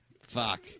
Fuck